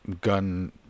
gun